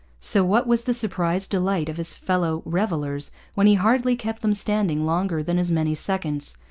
so what was the surprised delight of his fellow-revellers when he hardly kept them standing longer than as many seconds.